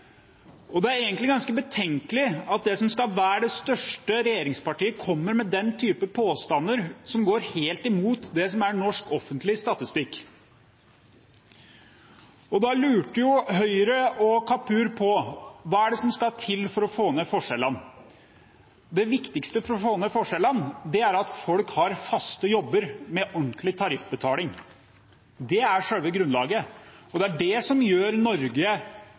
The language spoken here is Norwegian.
og det er egentlig ganske betenkelig at det som er det største regjeringspartiet, kommer med den type påstander som går helt imot norsk offentlig statistikk. Da lurte Høyre og Kapur på hva som skal til for å få ned forskjellene. Det viktigste for å få ned forskjellene er at folk har faste jobber med ordentlig tariffbetaling. Det er selve grunnlaget og det som gjør at Norge i veldig stor grad er annerledes enn USA. Derfor bør Kapur eller andre representanter fra Høyre som